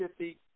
50